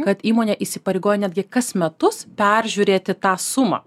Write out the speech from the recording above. kad įmonė įsipareigoja netgi kas metus peržiūrėti tą sumą